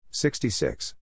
66